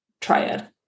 triad